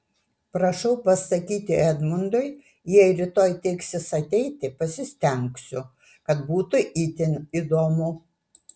prašau pasakyti edmundui jei rytoj teiksis ateiti pasistengsiu kad būtų itin įdomu